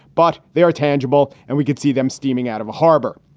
but they are tangible and we could see them steaming out of a harbor.